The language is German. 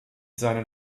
seinen